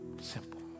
Simple